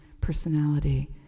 personality